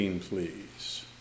please